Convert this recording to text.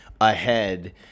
ahead